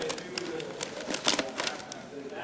קריאה